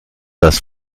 das